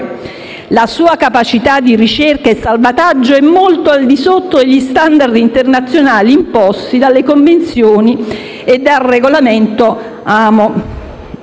La sua capacità di ricerca e salvataggio è molto al di sotto degli *standard* internazionali imposti dalle convenzioni e dal regolamento